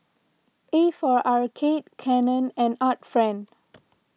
A for Arcade Canon and Art Friend